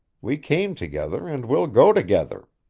we came together and we'll go together.